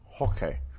Okay